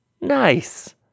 Nice